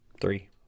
Three